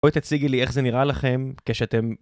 בואי תציגי לי איך זה נראה לכם כשאתם...